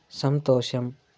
సంతోషం